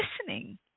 listening